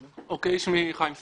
שמי חיים סרצ'וק,